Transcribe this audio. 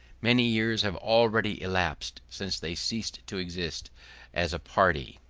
many years have already elapsed since they ceased to exist as a party.